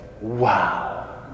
wow